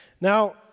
now